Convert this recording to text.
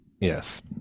Yes